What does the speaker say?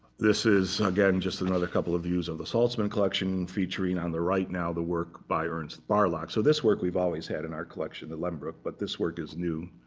this is, again, just another couple of views of the saltzman collection, featuring, on the right now, the work by ernst barlach so this work we've always had in our collection, the lehmbruck. but this work is new.